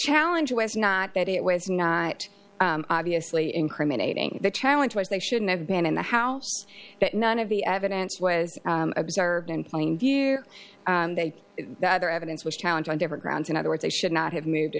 challenge was not that it was not obviously incriminating the challenge was they shouldn't have been in the house that none of the evidence was observed in plain view they the other evidence was challenge on different grounds in other words they should not have moved